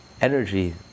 energy